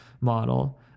model